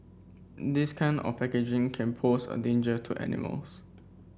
this kind of packaging can pose a danger to animals